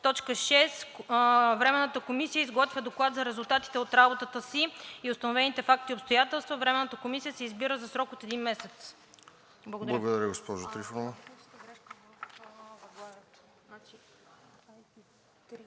6. Временната комисия изготвя Доклад за резултатите от работата си и установените факти и обстоятелства. 7. Временната комисия се избира за срок от един месец.“ Благодаря.